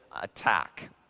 attack